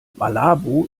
malabo